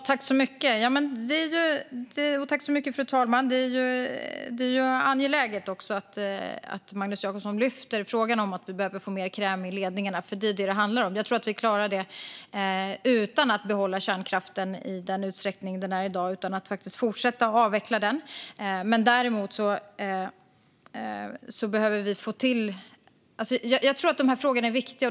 Fru talman! Det är angeläget att Magnus Jacobsson lyfter frågan om att vi behöver få mer kräm i ledningarna, för det är ju det som det handlar om. Jag tror att vi klarar detta utan att behålla kärnkraften i dagens utsträckning och att vi faktiskt kan fortsätta att avveckla den. Jag tror att dessa frågor är viktiga.